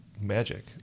magic